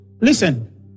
Listen